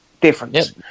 difference